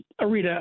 Arita